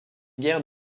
guerres